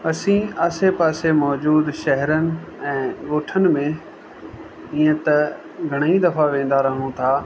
असां आसे पासे मौजूद शहरनि ऐं ॻोठनि में ईअं त घणेईं दफ़ा वेंदा रहूं था